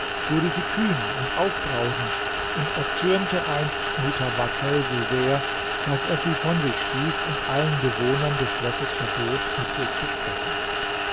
wurde sie kühn und aufbrausend und erzürnte einst mutawakkel so sehr daß er sie von sich stieß und allen bewohnern des schlosses verbot mit ihr zu sprechen